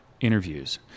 interviews